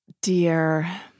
Dear